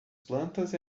plantas